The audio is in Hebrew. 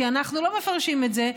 כי אנחנו לא מפרשים את זה.